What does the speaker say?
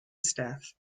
staffed